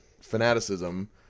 fanaticism